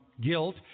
guilt